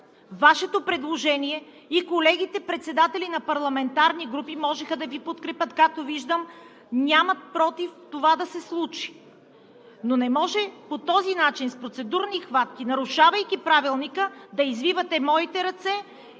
Вашето предложение и колегите – председатели на парламентарни групи, можеха да Ви подкрепят. Както виждам, нямат против това да се случи. Но не може по този начин – с процедурни хватки, нарушавайки Правилника, да извивате моите ръце